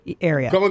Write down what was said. area